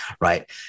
right